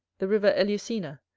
the river elusina,